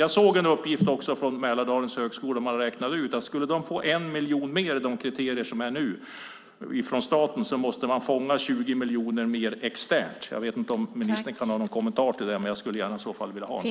Jag såg en uppgift, också från Mälardalens högskola, där man räknade ut att skulle man få 1 miljon mer från staten enligt de kriterier som gäller nu måste man fånga 20 miljoner mer externt. Jag vet inte om ministern kan ha någon kommentar till det, men jag skulle i så fall gärna vilja ha en.